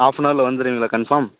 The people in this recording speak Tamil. ஹாஃப் அன் அவரில் வந்துருவீங்களா கன்ஃபார்ம்